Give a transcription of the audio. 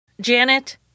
Janet